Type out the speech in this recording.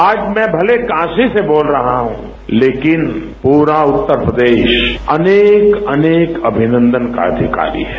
आज मैं भले ही काशी से बोल रहा हूं लेकिन प्ररा उत्तर प्रदेश अनेक अनेक अभिनंदन का अधिकारी है